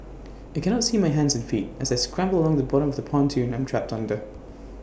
I cannot see my hands and feet as I scramble along the bottom of the pontoon I'm trapped under